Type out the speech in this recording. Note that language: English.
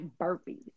burpees